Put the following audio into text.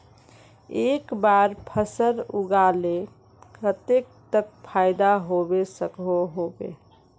एक बार फसल लगाले कतेक तक फायदा होबे सकोहो होबे?